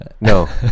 no